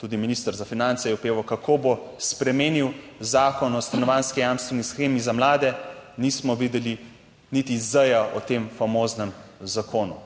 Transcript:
tudi minister za finance je opeval, kako bo spremenil Zakon o stanovanjski jamstveni shemi za mlade, nismo videli niti z o tem famoznem zakonu.